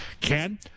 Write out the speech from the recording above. Ken